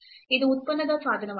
ಇದು ಉತ್ಪನ್ನದ ಸಾಧನವಾಗಿದೆ